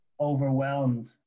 overwhelmed